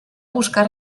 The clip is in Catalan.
buscar